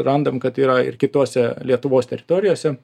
randam kad yra ir kitose lietuvos teritorijose